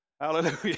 Hallelujah